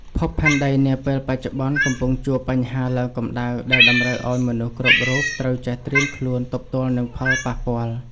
ភពផែនដីនាពេលបច្ចុប្បន្នកំពុងជួបបញ្ហាឡើងកម្ដៅដែលតម្រូវឱ្យមនុស្សគ្រប់រូបត្រូវចេះត្រៀមខ្លួនទប់ទល់នឹងផលប៉ះពាល់។